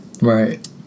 right